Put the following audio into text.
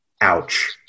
ouch